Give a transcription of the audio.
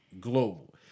global